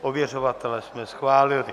Ověřovatele jsme schválili.